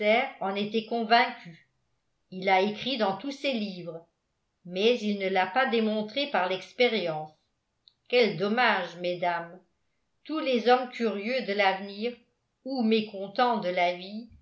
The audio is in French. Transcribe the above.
en était convaincu il l'a écrit dans tous ses livres mais il ne l'a pas démontré par l'expérience quel dommage mesdames tous les hommes curieux de l'avenir ou mécontents de la vie